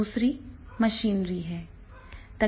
दूसरी मशीनरी है